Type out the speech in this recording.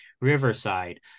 Riverside